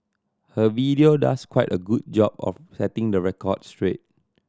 her video does quite a good job of setting the record straight